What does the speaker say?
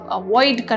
avoid